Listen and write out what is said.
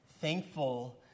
thankful